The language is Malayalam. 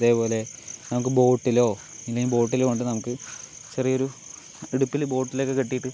അതേപോലെ നമുക്ക് ബോട്ടിലോ ഇല്ലെങ്കിൽ ബോട്ടിൽ കൊണ്ട് നമുക്ക് ചെറിയൊരു ഇടുപ്പിൽ ബോട്ടിലൊക്കെ കെട്ടിയിട്ട്